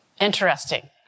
Interesting